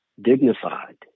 dignified